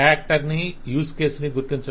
actor ని use case ని గుర్తించడం